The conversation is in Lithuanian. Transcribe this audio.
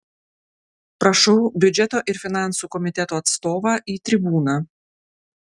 prašau biudžeto ir finansų komiteto atstovą į tribūną